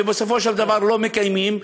ובסופו של דבר לא מקיימים,